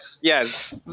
Yes